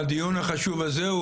הדיון החשוב הזה,